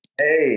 Hey